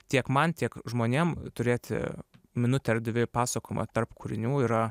tiek man tiek žmonėm turėti minutę ar dvi pasakojimą tarp kūrinių yra